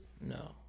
No